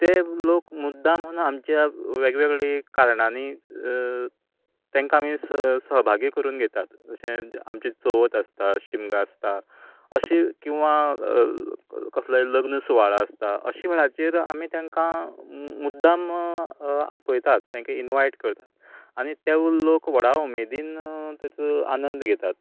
ते लोक मुद्दामून आमच्या वेगवेगळे कारणांनी तांकां आमी स सहभागी करून घेतात जशें आमची चवथ आसता शिमगो आसता अशी किंवां कसले लग्न सुवाळो आसता अशें वेळाचेर आमी तांका मुद्दाम आपयतात तांकां इन्वायट करतात आनी ते लोक व्हडा उमेदीन तेचो आनंद घेतात